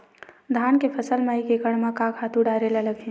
धान के फसल म एक एकड़ म का का खातु डारेल लगही?